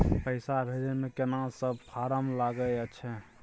पैसा भेजै मे केना सब फारम लागय अएछ?